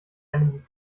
einem